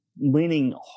leaning